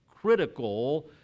critical